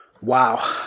Wow